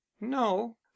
no